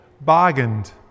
bargained